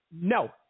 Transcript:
no